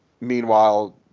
Meanwhile